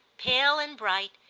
pale and bright,